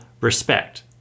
respect